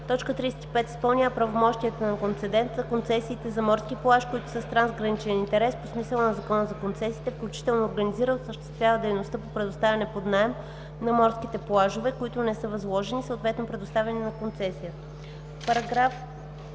така: „35. изпълнява правомощията на концедент за концесиите за морски плаж, които са с трансграничен интерес по смисъла на Закона за концесиите, включително организира и осъществява дейността по предоставяне под наем на морските плажове, които не са възложени, съответно предоставени на концесия;“.“